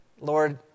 Lord